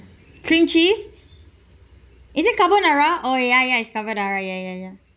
cream cheese is it carbonara oh ya ya is carbonara ya ya ya